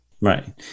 Right